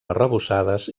arrebossades